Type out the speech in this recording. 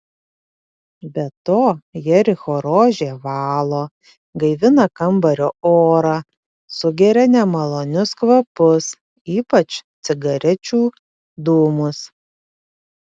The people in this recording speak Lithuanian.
be to jericho rožė valo gaivina kambario orą sugeria nemalonius kvapus ypač cigarečių dūmus